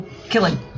killing